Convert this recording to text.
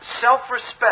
self-respect